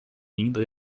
linda